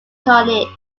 coinage